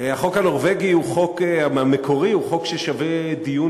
החוק הנורבגי המקורי הוא חוק ששווה דיון